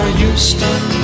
houston